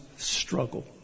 struggle